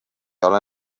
ole